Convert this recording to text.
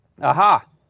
Aha